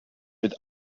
mit